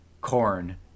corn